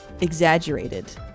exaggerated